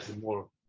more